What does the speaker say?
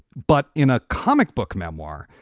but in a comic book memoir,